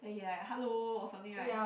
then he like hello or something like